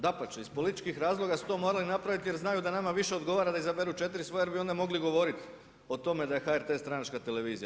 Dapače iz političkih razloga su to morali napraviti, jer znaju da nama više odgovara da izaberu četiri svoja jer bi onda mogli govorit o tome da je HRT stranačka televizija.